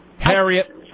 Harriet